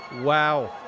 Wow